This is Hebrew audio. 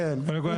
קודם כול,